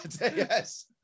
Yes